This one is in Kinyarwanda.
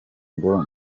ngo